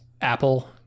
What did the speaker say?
Apple